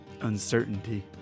uncertainty